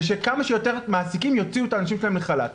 שכמה שיותר מעסיקים יוציאו את האנשים שלהם לחל"ת.